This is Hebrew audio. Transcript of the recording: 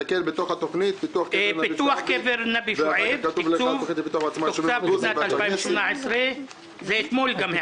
"פיתוח קבר נבי שועייב תוקצב בשנת 2018 ..." את זה העברנו גם אתמול.